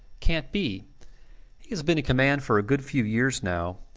cant be. he has been in command for a good few years now.